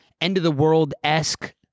end-of-the-world-esque